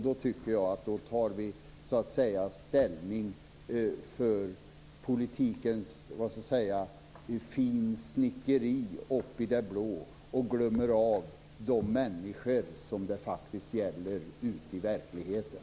Då tycker jag att vi tar ställning för politikens finsnickeri uppe i det blå och glömmer de människor som det faktiskt gäller ute i verkligheten.